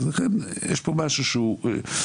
ולכן יש פה פער,